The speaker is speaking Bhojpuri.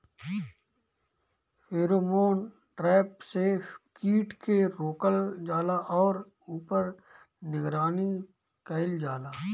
फेरोमोन ट्रैप से कीट के रोकल जाला और ऊपर निगरानी कइल जाला?